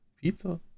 pizza